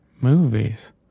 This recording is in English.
movies